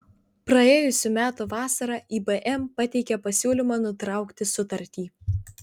praėjusių metų vasarą ibm pateikė pasiūlymą nutraukti sutartį